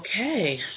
okay